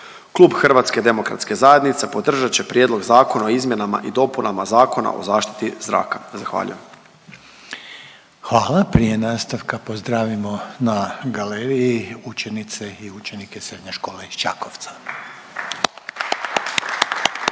Klub Hrvatske demokratske zajednice podržat će prijedlog zakona o izmjenama i dopunama Zakona o zaštiti zraka. Zahvaljujem. **Reiner, Željko (HDZ)** Hvala. Prije nastavka pozdravimo na galeriji učenice i učenike Srednje škole iz Čakovca.